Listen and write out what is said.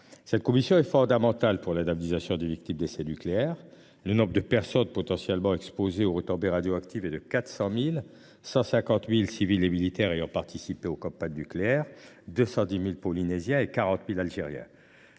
Cette commission est fondamentale pour l’indemnisation des victimes d’essais nucléaires. Le nombre de personnes potentiellement exposées aux retombées radioactives s’élève à 400 000 : 150 000 personnels civils et militaires ayant participé aux campagnes nucléaires, 210 000 Polynésiens et 40 000 Algériens.